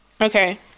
Okay